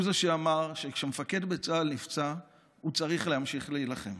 הוא זה שאמר שכשמפקד בצה"ל נפצע הוא צריך להמשיך להילחם.